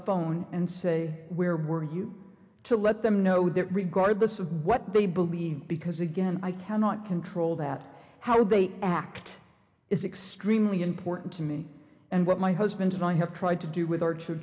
phone and say where were you to let them know that regardless of what they believe because again i cannot control that how they act is extremely important to me and what my husband and i have tried to do with our